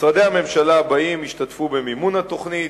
משרדי הממשלה הבאים ישתתפו במימון התוכנית,